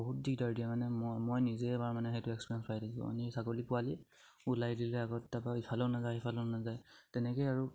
বহুত দিগদাৰ দিয়ে মানে মই মই নিজে এবাৰ মানে সেইটো এক্সপেৰিয়েঞ্চ ছাগলী পোৱালি ওলাই দিলে আগত তাৰপা ইফালেও নাযায় ইফালেও নাযায় তেনেকেই আৰু